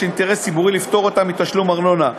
יש אינטרס ציבורי לפטור אותם מתשלום ארנונה.